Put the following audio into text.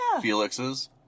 Felix's